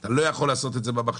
אתה לא יכול לעשות את זה במחשב.